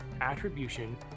attribution